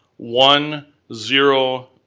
one, zero,